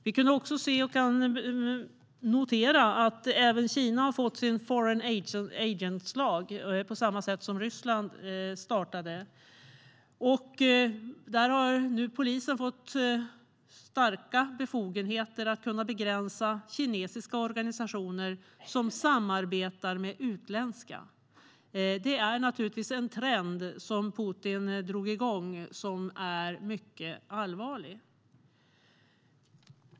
Vi kunde också notera att även Kina har fått sin lag om foreign agents, på samma sätt som i Ryssland. Där har nu polisen fått starka befogenheter att kunna begränsa kinesiska organisationer som samarbetar med utländska. Det är en trend som Putin drog igång som är mycket allvarlig.